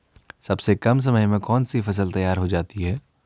सबसे कम समय में कौन सी फसल तैयार हो जाती है?